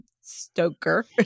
Stoker